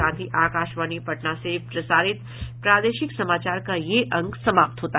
इसके साथ ही आकाशवाणी पटना से प्रसारित प्रादेशिक समाचार का ये अंक समाप्त हुआ